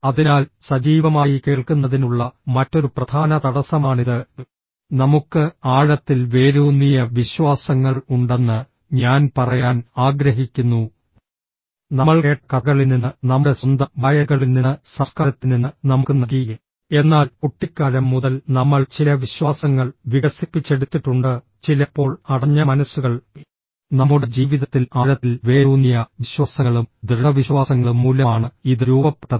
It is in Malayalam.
അതിനാൽ സജീവമായി കേൾക്കുന്നതിനുള്ള മറ്റൊരു പ്രധാന തടസ്സമാണിത് നമുക്ക് ആഴത്തിൽ വേരൂന്നിയ വിശ്വാസങ്ങൾ ഉണ്ടെന്ന് ഞാൻ പറയാൻ ആഗ്രഹിക്കുന്നു നമ്മൾ കേട്ട കഥകളിൽ നിന്ന് നമ്മുടെ സ്വന്തം വായനകളിൽ നിന്ന് സംസ്കാരത്തിൽ നിന്ന് നമുക്ക് നൽകി എന്നാൽ കുട്ടിക്കാലം മുതൽ നമ്മൾ ചില വിശ്വാസങ്ങൾ വികസിപ്പിച്ചെടുത്തിട്ടുണ്ട് ചിലപ്പോൾ അടഞ്ഞ മനസ്സുകൾ നമ്മുടെ ജീവിതത്തിൽ ആഴത്തിൽ വേരൂന്നിയ വിശ്വാസങ്ങളും ദൃഢവിശ്വാസങ്ങളും മൂലമാണ് ഇത് രൂപപ്പെട്ടത്